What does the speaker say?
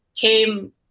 came